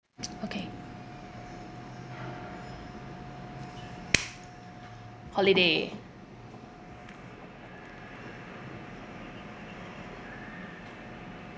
okay holiday